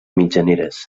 mitjaneres